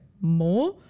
more